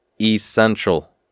essential